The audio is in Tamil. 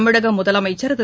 தமிழகமுதலமைச்சர் திரு